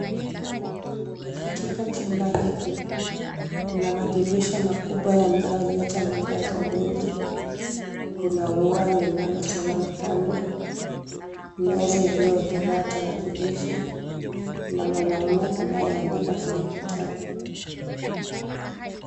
Katika chumba hiki, kuna madirisha makubwa yanayoleta mwangaza mwingi, kuna ua linalosimama kando, meza iliyowekelewa tarakilishi, na mwanaume anayeandika kwenye kitabu.